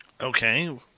Okay